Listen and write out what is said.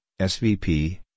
SVP